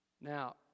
Now